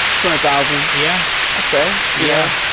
two hundred thousand? yeah i'd say, yeah